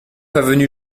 avenue